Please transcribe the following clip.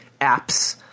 apps